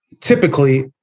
typically